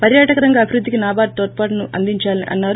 పర్యాటక రంగ అభివృద్ధికి నాబార్గ్ తోడ్పాటును అందించాలని అన్నారు